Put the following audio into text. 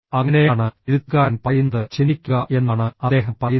അങ്ങനെയാണ് എഴുത്തുകാരൻ പറയുന്നത് ചിന്തിക്കുക എന്നാണ് അദ്ദേഹം പറയുന്നത്